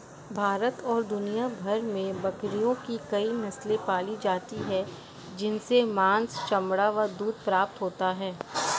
भारत और दुनिया भर में बकरियों की कई नस्ले पाली जाती हैं जिनसे मांस, चमड़ा व दूध प्राप्त होता है